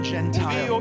Gentile